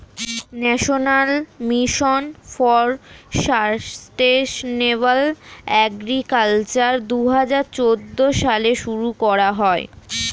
national mission for sustainable agriculture দুহাজার চৌদ্দ সালে শুরু করা হয়